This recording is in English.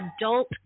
adult